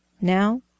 Now